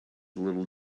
little